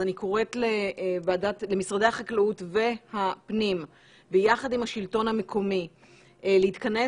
אז אני קוראת למשרדי החקלאות והפנים ביחד עם השלטון המקומי להתכנס